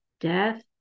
death